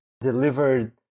delivered